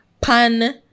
pan